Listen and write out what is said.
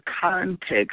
Context